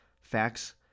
Facts